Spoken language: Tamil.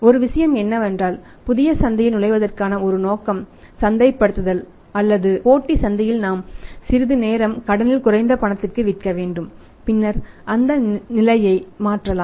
ஒரு விஷயம் என்னவென்றால் புதிய சந்தையில் நுழைவதற்கான ஒரு நோக்கம் சந்தைப்படுத்தல் அல்லது போட்டிச் சந்தையில் நாம் சிறிது நேரம் கடனில் குறைந்த பணத்திற்கு விற்க வேண்டும் பின்னர் அந்த நிலையை மாற்றலாம்